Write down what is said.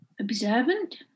observant